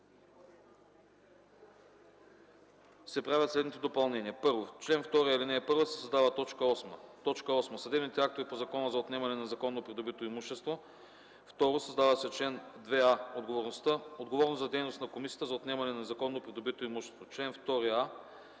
правят следните допълнения: